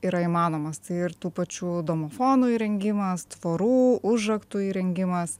yra įmanomos tai ir tų pačių domofonų įrengimas tvorų užraktų įrengimas